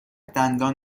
دندان